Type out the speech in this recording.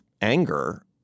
anger –